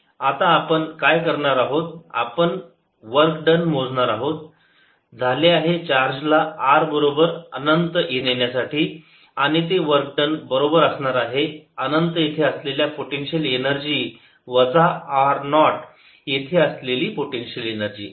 आता आपण काय करणार आहोत आपण वर्क डन मोजणार आहोत झाले आहे चार्ज ला r बरोबर आहे अनंत येथे नेण्यासाठी आणि ते वर्क डन बरोबर असणार आहे अनंत येथे असलेल्या पोटेन्शिअल एनर्जी वजा r नॉट येथे असलेली पोटेन्शिअल एनर्जी